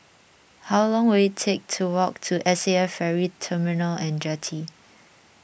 how long will it take to walk to S A F Ferry Terminal and Jetty